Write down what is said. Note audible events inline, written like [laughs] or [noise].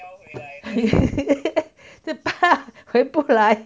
[laughs] 怕回不来